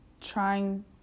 trying